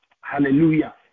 Hallelujah